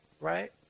right